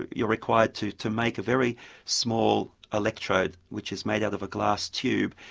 you are required to to make a very small electrode, which is made out of a glass tube,